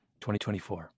2024